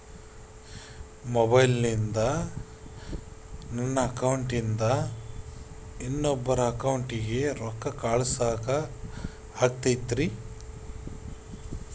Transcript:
ಮೊಬೈಲಿಂದ ನನ್ನ ಅಕೌಂಟಿಂದ ಇನ್ನೊಬ್ಬರ ಅಕೌಂಟಿಗೆ ರೊಕ್ಕ ಕಳಸಾಕ ಆಗ್ತೈತ್ರಿ?